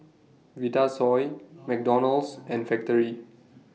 Vitasoy McDonald's and Factorie